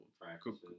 practices